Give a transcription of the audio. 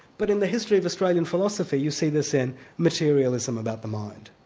but in the history of australian philosophy, you see this in materialism about the mind.